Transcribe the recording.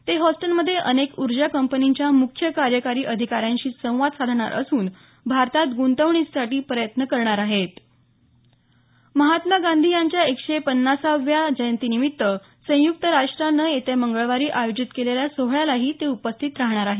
ते होस्टनमध्ये अनेक ऊर्जा कंपनीच्या मुख्य कार्यकारी अधिकाऱ्यांशी संवाद साधणार असून भारतात ग्रंतवणूकीसाठी प्रयत्न करणार आहेत महात्मा गांधी यांच्या एकशेपन्नासाव्या जयंतीनिमित्त संयुक्त राष्ट्रानं येत्या मंगळवारी आयोजित केलेल्या सोहळ्यालाही ते उपस्थित राहणार आहेत